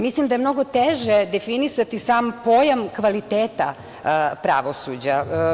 Mislim da je mnogo teže definisati sam pojam kvaliteta pravosuđa.